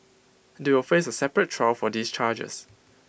they will face A separate trial for these charges